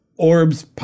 Orbs